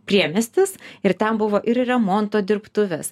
priemiestis ir ten buvo ir remonto dirbtuvės